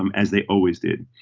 um as they always did.